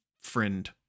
friend